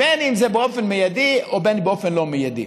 בין שזה באופן מיידי ובין באופן לא מיידי.